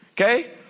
Okay